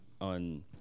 on